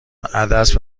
عدس